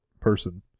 person